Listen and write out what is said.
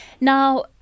Now